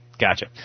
Gotcha